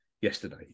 yesterday